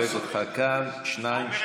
אנחנו נחבק אותך כאן שניים-שניים.